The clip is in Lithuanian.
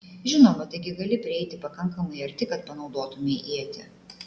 žinoma taigi gali prieiti pakankamai arti kad panaudotumei ietį